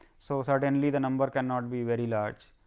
so, suddenly the number cannot be very large,